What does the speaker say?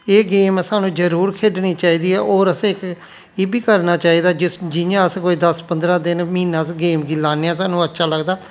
एह् गेम असां नू जरूर खेढनी चाहिदी ऐ होर असें इक एह् बी करना चाहिदा जिस जियां अस कोई दस पंदरा दिन म्हीना अस गेम गी लान्ने आं सानू अच्छा लगदा